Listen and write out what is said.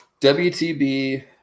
wtb